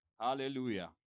Hallelujah